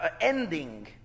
ending